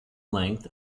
length